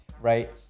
right